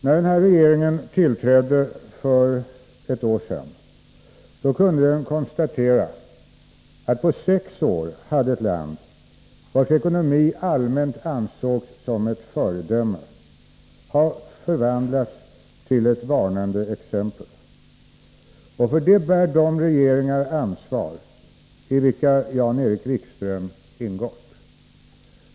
När denna regering tillträdde för ett år sedan kunde den konstatera att på sex år hade ett land, vars ekonomi allmänt ansågs som ett föredöme, förvandlats till ett varnande exempel. Och för det bär de regeringar ansvar, i vilka Jan-Erik Wikström ingått.